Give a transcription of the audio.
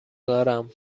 دارم